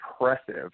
impressive